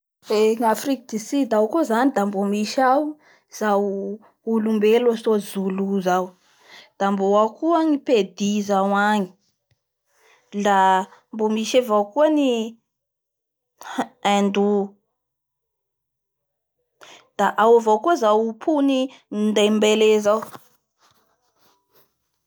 Eee nga Afrique du sud ao koa zany da mbo misy ao zao olombelo atsoy ZOULOU zao da mbo ao koa ny PEDI zao agny la mbo misy avao koa ny hin-Indou da ao vao koa zao POUNINDEBEE zao.